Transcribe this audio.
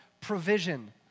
provision